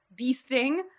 beasting